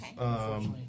Okay